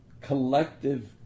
collective